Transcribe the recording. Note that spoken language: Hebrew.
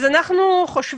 (מוקרן שקף, שכותרתו: